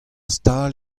stal